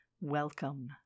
Welcome